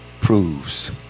proves